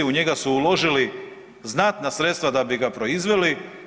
U njega su uložili znatna sredstva da bi ga proizveli.